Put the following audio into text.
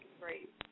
great